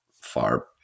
far